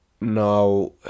Now